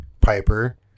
Piper